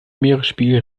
meeresspiegel